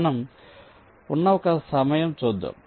మనం ఉన్న ఒక సమయం చూద్దాం